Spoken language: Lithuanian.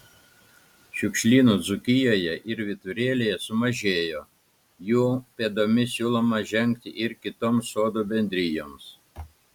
šiukšlynų dzūkijoje ir vyturėlyje sumažėjo jų pėdomis siūloma žengti ir kitoms sodų bendrijoms